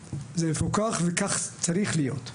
וכך צריך להיות.